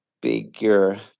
bigger